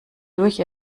durch